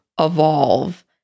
evolve